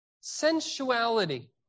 sensuality